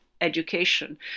Education